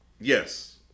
Yes